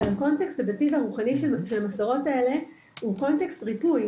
אבל הקונטקסט הדתי והרוחני של המסורות האלה הוא קונטקסט ריפוי,